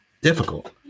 difficult